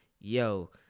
yo